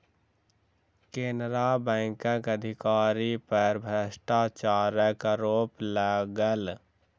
केनरा बैंकक अधिकारी पर भ्रष्टाचारक आरोप लागल